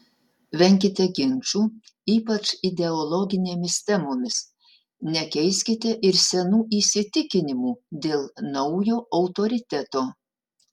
venkite ginčų ypač ideologinėmis temomis nekeiskite ir senų įsitikinimų dėl naujo autoriteto